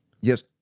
yes